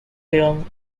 filmed